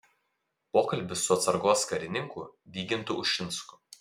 pokalbis su atsargos karininku vygintu ušinsku